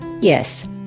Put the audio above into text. Yes